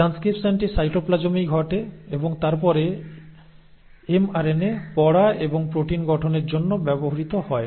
ট্রানস্ক্রিপশনটি সাইটোপ্লাজমেই ঘটে এবং তারপরে এমআরএনএ পড়া এবং প্রোটিন গঠনের জন্য ব্যবহৃত হয়